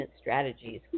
strategies